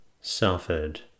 suffered